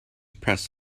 press